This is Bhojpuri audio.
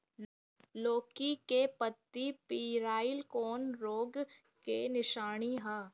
लौकी के पत्ति पियराईल कौन रोग के निशानि ह?